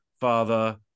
father